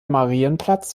marienplatz